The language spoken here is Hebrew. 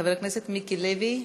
חבר הכנסת מיקי לוי,